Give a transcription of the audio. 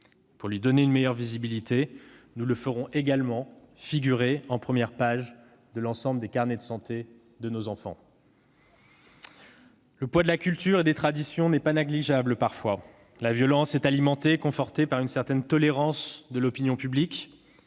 Pour lui donner une meilleure visibilité, nous le ferons également figurer en première page des carnets de santé. Le poids de la culture et des traditions n'est pas négligeable. La violence est alimentée, confortée par une certaine tolérance de l'opinion publique.